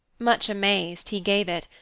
much amazed, he gave it,